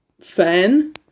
fan